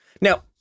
Now